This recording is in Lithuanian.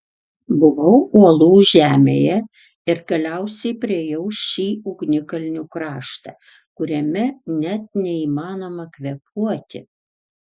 buvau uolų žemėje ir galiausiai priėjau šį ugnikalnių kraštą kuriame net neįmanoma kvėpuoti